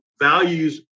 values